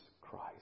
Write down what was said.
Christ